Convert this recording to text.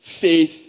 faith